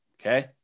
Okay